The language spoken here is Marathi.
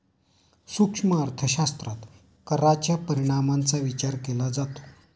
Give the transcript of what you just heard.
सूक्ष्म अर्थशास्त्रात कराच्या परिणामांचा विचार केला जातो